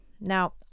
Now